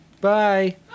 Bye